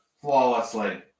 flawlessly